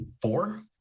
four